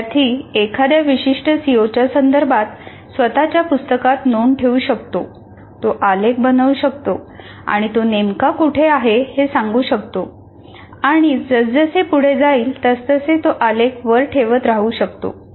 विद्यार्थी एखाद्या विशिष्ट सीओच्या संदर्भात स्वत च्या पुस्तकात नोंद ठेवू शकतो तो आलेख बनवू शकतो आणि तो नेमका कोठे आहे हे सांगू शकतो आणि जसजसे पुढे जाईल तसतसे तो आलेख वर ठेवत राहू शकतो